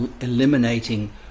eliminating